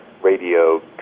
radio